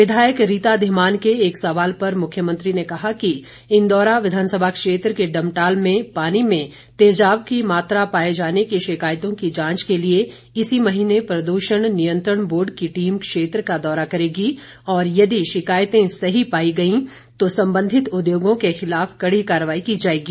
विधायक रीता धीमान के एक सवाल पर मुख्यमंत्री ने कहा कि इंदौरा विधानसभा क्षेत्र के डमटाल में पानी में तेजाब की मात्रा पाए जाने की शिकायतों की जांच के लिए इसी महीने प्रद्रषण नियंत्रण बोर्ड की टीम क्षेत्र का दौरा करेगी और यदि शिकायतें सही पाई गई तो संबंधित उद्योगों के खिलाफ कड़ी कार्रवाई की जाएगी